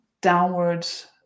downwards